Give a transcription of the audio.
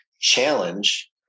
challenge